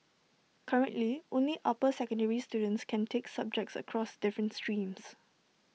currently only upper secondary students can take subjects across different streams